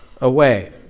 away